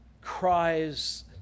cries